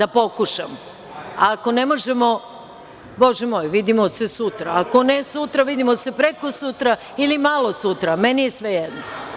Ako ne možemo, Bože moj, vidimo se sutra, ako ne sutra vidimo se prekosutra ili malo sutra, meni je svejedno.